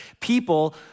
people